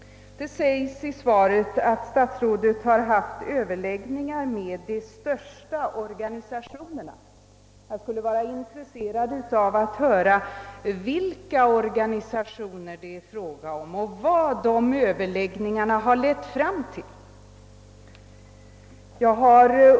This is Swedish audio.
Det sägs i svaret att statsrådet har haft överläggningar med de största löntagarorganisationerna, och då skulle jag vara mycket intresserad av att höra vilka organisationer överläggningarna förts med och vad de har lett fram till.